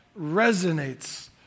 resonates